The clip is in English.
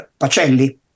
Pacelli